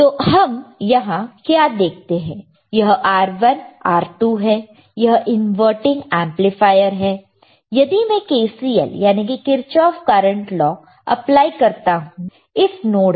तो हम यहां क्या देखते हैं यह R1 R2 है यह इनवर्टिंग एंपलीफायर है यदि मैं KCL याने की किरचॉफ करंट लॉ अप्लाई करता हूं इस नोड पर